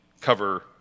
cover